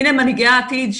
הנה מנהיגי העתיד,